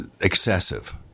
excessive